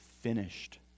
finished